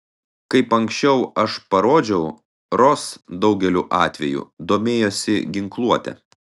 kaip ankščiau aš parodžiau ros daugeliu atvejų domėjosi ginkluote